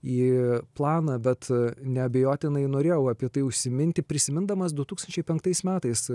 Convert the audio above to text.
į planą bet neabejotinai norėjau apie tai užsiminti prisimindamas du tūkstančiai penktais metais